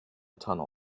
tunnel